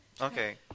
Okay